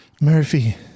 Murphy